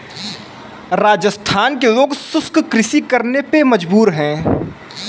राजस्थान के लोग शुष्क कृषि करने पे मजबूर हैं